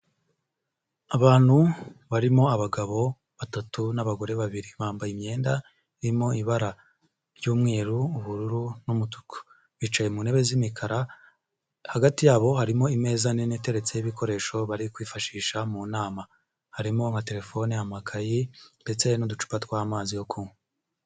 Abantu barimo abagabo batatu n'abagore babiri, bambaye imyenda irimo ibara ry'umweru, ubururu n'umutuku. Bicaye ku ntebe z'imikara, hagati yabo harimo ameza manini ateretseho ibikoresho bari kwifashisha mu nama harimo amatelefoni, amakayi ndetse n'uducupa tw'amazi yo kunywa.